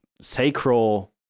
sacral